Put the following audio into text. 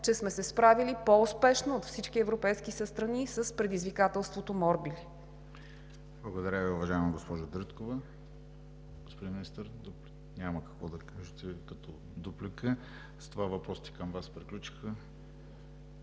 че сме се справили по-успешно от всички европейски страни с предизвикателството „морбили“.